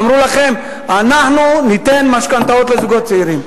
אמרו לכם: אנחנו ניתן משכנתאות לזוגות צעירים.